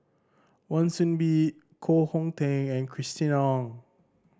Wan Soon Bee Koh Hong Teng and Christina Ong